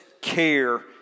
care